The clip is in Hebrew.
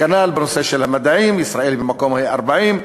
כנ"ל בנושא המדעים, ישראל במקום ה-40,